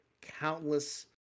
countless